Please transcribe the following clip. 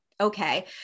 okay